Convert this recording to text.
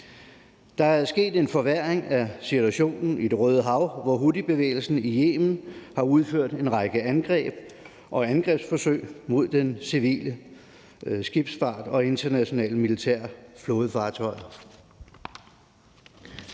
Der er sket en forværring af situationen i Det Røde Hav, hvor houthibevægelsen i Yemen har udført en række angreb og angrebsforsøg mod den civile skibsfart og internationale militære flådefartøjer.